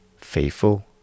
faithful